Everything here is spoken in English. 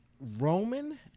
Roman